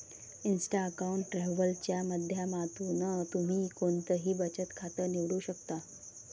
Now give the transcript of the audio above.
Insta account travel च्या माध्यमातून तुम्ही कोणतंही बचत खातं निवडू शकता